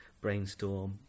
brainstorm